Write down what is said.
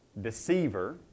deceiver